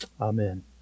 Amen